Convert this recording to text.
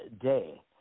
Day